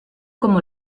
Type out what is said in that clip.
como